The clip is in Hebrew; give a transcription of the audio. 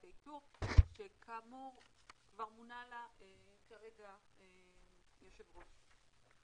האיתור שכאמור כבר מונה לה כרגע יושב ראש.